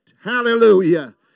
Hallelujah